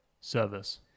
service